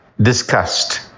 discussed